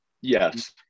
Yes